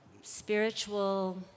spiritual